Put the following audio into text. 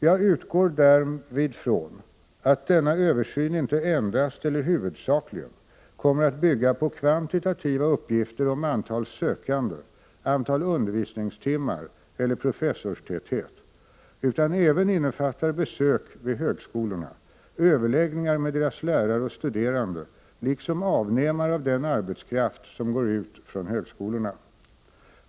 Jag utgår därvid från att denna översyn inte endast eller huvudsakligen kommer att bygga på kvantitativa uppgifter om antal sökande, antal undervisningstimmar eller professorstäthet utan även innefattar besök vid högskolorna, överläggningar med deras lärare och studerande liksom avnämare av den arbetskraft som går ut från högskolorna.